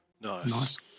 Nice